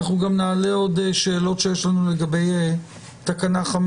אנחנו גם נעלה עוד שאלות שיש לנו לגבי תקנות 5